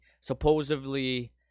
supposedly